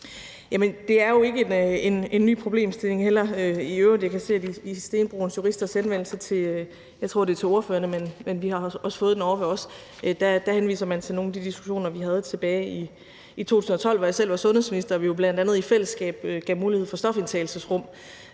det er jo ikke en ny problemstilling, og jeg kan i øvrigt se det i Stenbroens Juristers henvendelse til, jeg tror det er ordførerne, men vi har også fået den ovre hos os i ministeriet. Og der henviser man til nogle af de diskussioner, vi havde tilbage i 2012, hvor jeg selv var sundhedsminister, og hvor vi jo bl.a. i fællesskab gav mulighed for stofindtagelsesrum